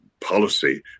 policy